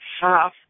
half